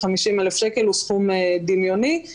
התנאים הללו הם טובים ואני לא רואה סיבה לשנות.